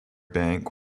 bank